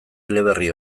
eleberri